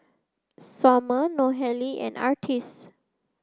Sommer Nohely and Artis